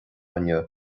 inniu